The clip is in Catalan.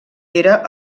era